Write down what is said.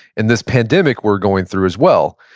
and this pandemic we're going through as well.